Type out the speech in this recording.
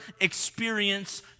experience